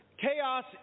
Chaos